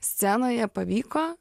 scenoje pavyko